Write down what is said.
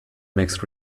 mixed